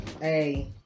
hey